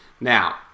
Now